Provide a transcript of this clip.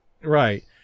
Right